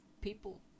people